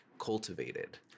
Cultivated